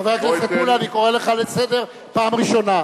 חבר הכנסת מולה, אני קורא אותך לסדר פעם ראשונה.